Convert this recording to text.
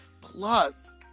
plus